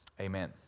amen